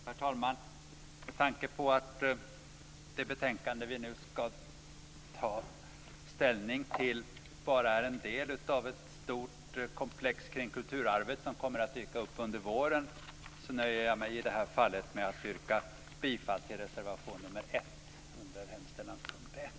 Herr talman! Med tanke på att det betänkande vi nu ska ta ställning till bara är en del av ett stort komplex kring diskussionen om kulturarvet som kommer att dyka upp under våren, nöjer jag mig med att i det här fallet yrka bifall till reservation 1 under mom. 1